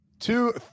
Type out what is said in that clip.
Two